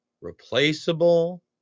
replaceable